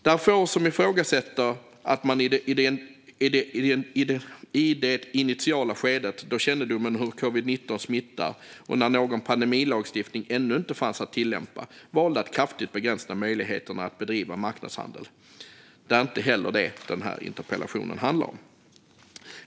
Det är få som ifrågasätter att man i det initiala skedet, då man fick kännedom om hur covid-19 smittar och när någon pandemilagstiftning ännu inte fanns att tillämpa, valde att kraftigt begränsa möjligheterna att bedriva marknadshandel. Det är inte heller det som den här interpellationen handlar om.